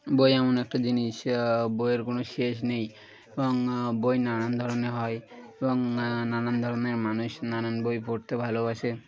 বই এমন একটা জিনিস বইয়ের কোনো শেষ নেই এবং বই নানান ধরনের হয় এবং নানান ধরনের মানুষ নানান বই পড়তে ভালোবাসে